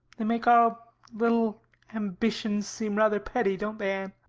they make our little ambitions seem rather petty, don't they, anne?